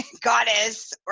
goddess